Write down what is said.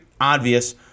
obvious